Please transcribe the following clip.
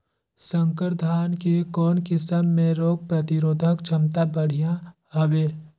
संकर धान के कौन किसम मे रोग प्रतिरोधक क्षमता बढ़िया हवे?